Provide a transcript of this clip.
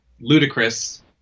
ludicrous